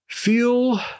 Feel